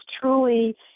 truly